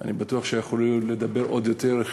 אני בטוח שהיו יכולים לדבר עוד יותר,